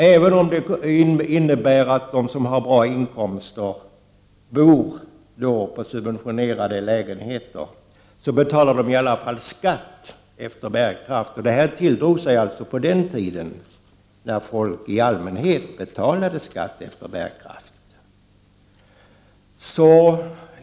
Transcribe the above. Även om det innebär att de som har bra inkomster bor i subventionerade lägenheter betalar de i alla fall skatt efter bärkraft. Detta tilldrog sig alltså på den tiden då folk i allmänhet betalade skatt efter bärkraft.